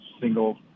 single